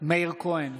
מאיר כהן,